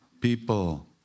People